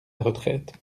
retraite